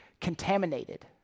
contaminated